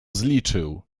zliczył